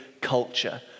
culture